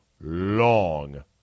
long